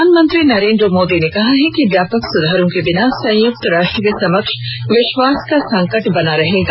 प्रधानमंत्री नरेन्द्र मोदी ने कहा है कि व्यापक सुधारों के बिना संयुक्त राष्ट्र के समक्ष विश्वास का संकट बना रहेगा